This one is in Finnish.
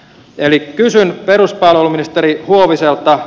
eli kysyn peruspalveluministeri huoviselta